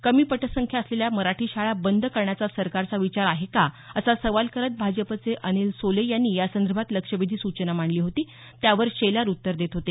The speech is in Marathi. कमी पटसंख्या असलेल्या मराठी शाळा बंद करण्याचा सरकारचा विचार आहे का असा सवाल करत भाजपाचे अनिल सोले यांनी यासंदर्भात लक्षवेधी सूचना मांडली होती त्यावर शेलार उत्तर देत होते